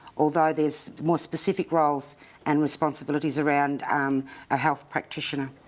although there's more specific roles and responsibilities around a health practitioner.